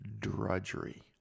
drudgery